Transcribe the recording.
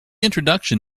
introduction